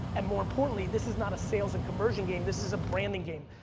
and more importantly, this is not a sales and conversion game, this is a branding game.